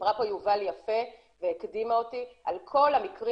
סיפרה פה יובל יפה והקדימה אותי על כל המקרים